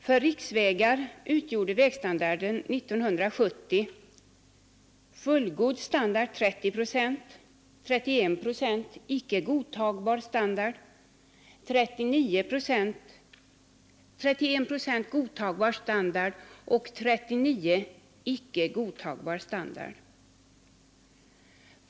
Av riksvägarna hade år 1970 30 procent fullgod standard, 31 procent godtagbar standard och 39 procent icke godtagbar standard.